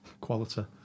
quality